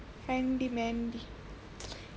handy many